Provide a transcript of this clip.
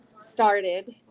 started